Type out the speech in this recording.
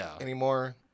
anymore